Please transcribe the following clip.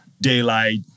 daylight